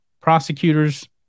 Prosecutors